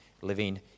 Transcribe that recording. living